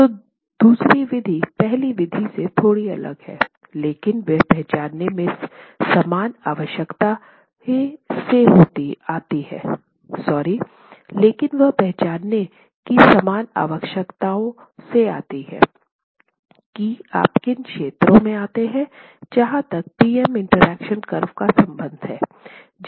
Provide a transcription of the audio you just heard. तो दूसरी विधि पहली विधि से थोड़ी अलग है लेकिन वे पहचानने की समान आवश्यकताएं से आती हैं कि आप किन क्षेत्रों में आते हैं जहाँ तक पी एम इंटरेक्शन कर्व का संबंध है